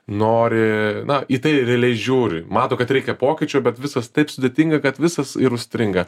nori na į tai realiai žiūri mato kad reikia pokyčių bet viskas taip sudėtinga kad viskas ir užstringa